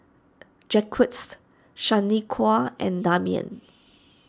Jacquesed Shaniqua and Damian